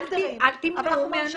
אל תמנעו מהנשים.